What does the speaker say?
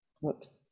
Whoops